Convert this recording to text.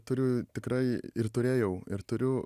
turiu tikrai ir turėjau ir turiu